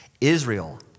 Israel